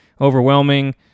overwhelming